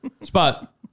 Spot